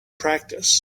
practice